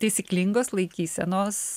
taisyklingos laikysenos